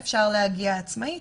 אפשר להגיע עצמאית,